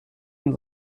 und